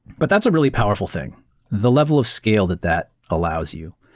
but that's a really powerful thing, the level of scale that that allows you.